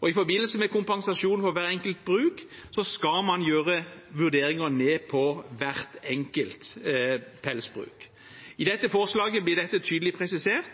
sin. I forbindelse med kompensasjon for hvert enkelt bruk, skal man gjøre vurderinger for hvert enkelt pelsbruk. I dette forslaget blir dette tydelig presisert,